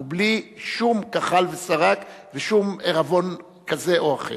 ובלי שום כחל ושרק ושום עירבון כזה או אחר.